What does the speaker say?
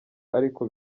ariko